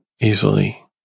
easily